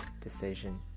decision